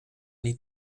niet